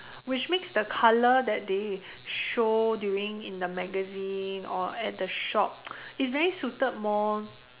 which makes the colour that they show during in the magazine or at the shop is very suited more